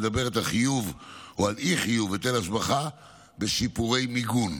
מדברת על חיוב או על אי-חיוב בהיטל השבחה בשיפורי מיגון.